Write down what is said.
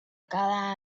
cada